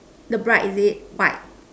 the bride is it buy